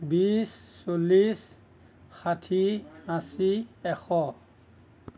বিছ চল্লিছ ষাঠি আশী এশ